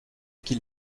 qu’il